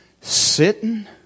Sitting